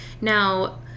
Now